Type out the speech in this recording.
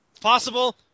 Possible